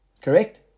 Correct